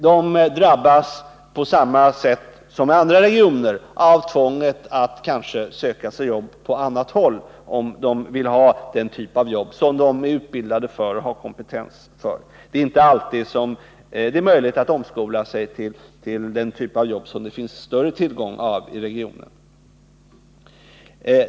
De drabbas på samma sätt som människorna i andra regioner av tvånget att söka sig jobb på annat håll om de vill ha den typ av arbete som de är utbildade för och har kompetens för. Det är inte alltid möjligt att omskola sig till den typ av jobb som det finns större tillgång på i regionen.